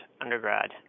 undergrad